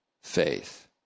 Faith